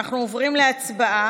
אנחנו עוברים להצבעה